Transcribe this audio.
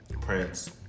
Prince